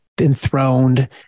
enthroned